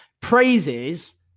Praises